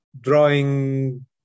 drawing